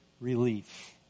relief